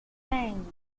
fangs